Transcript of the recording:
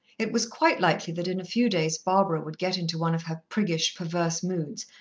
it was quite likely that in a few days barbara would get into one of her priggish, perverse moods,